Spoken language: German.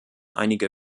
einige